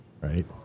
right